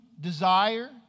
desire